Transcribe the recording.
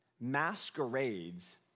masquerades